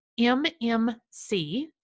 MMC